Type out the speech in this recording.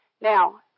Now